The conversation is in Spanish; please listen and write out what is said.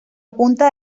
punta